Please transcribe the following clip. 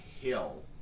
hill